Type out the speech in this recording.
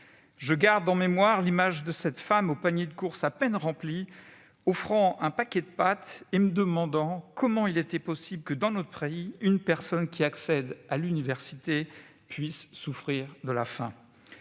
Je garde en mémoire l'image de cette femme au panier de courses à peine rempli, offrant un paquet de pâtes, en me demandant comment il était possible que, dans notre pays, une personne accédant à l'université puisse souffrir de la faim.